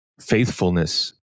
faithfulness